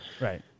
Right